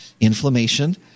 inflammation